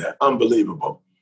unbelievable